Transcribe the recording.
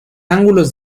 ángulos